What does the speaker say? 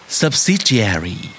subsidiary